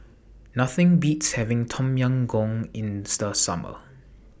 Nothing Beats having Tom Yam Goong in The Summer